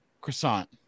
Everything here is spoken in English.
croissant